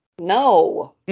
No